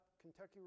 Kentucky